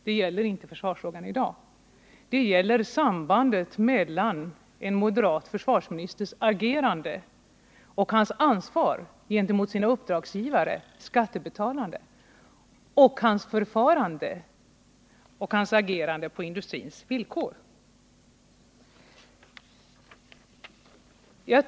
Det gäller i dag inte försvarsfrågan utan sambandet mellan en moderat försvarsministers agerande och hans ansvar mot sina uppdragsgivare: skattebetalarna. Det gäller också hans handlande på industrins villkor.